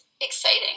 exciting